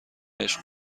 عشق